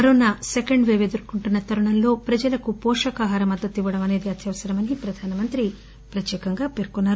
corona రెండో wave ఎదుర్కోంటున్న తరుణంలో ప్రజలకు పోషకాహార మద్దతు ఇవ్వడం అనేది అత్యవసరమని ప్రధానమంత్రి నరేంద్రమోదీ ప్రత్యేకంగా పేర్కొన్నారు